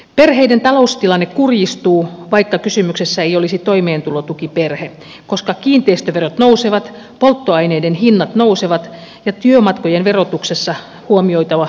perheiden taloustilanne kurjistuu vaikka kysymyksessä ei olisi toimeentulotukiperhe koska kiinteistöverot nousevat polttoaineiden hinnat nousevat ja työmatkojen verotuksessa huomioitava omavastuu nousee